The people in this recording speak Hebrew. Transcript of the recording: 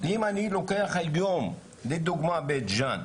אם אני לוקח היום לדוגמא את בית ג'אן,